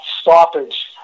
stoppage